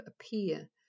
appear